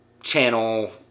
channel